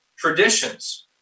Traditions